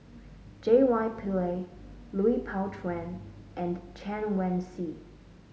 J Y Pillay Lui Pao Chuen and Chen Wen Hsi